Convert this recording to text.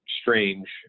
strange